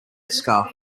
scarf